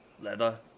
leather